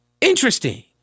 Interesting